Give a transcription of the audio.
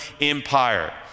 Empire